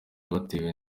batewe